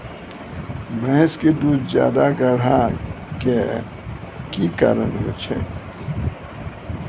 भैंस के दूध ज्यादा गाढ़ा के कि कारण से होय छै?